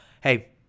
hey